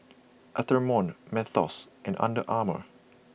Atherton Mentos and Under Armour